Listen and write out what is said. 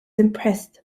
impressed